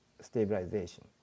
stabilization